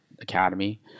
academy